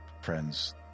friends